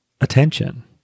attention